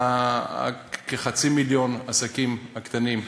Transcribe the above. כחצי מיליון העסקים הקטנים,